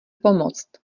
pomoct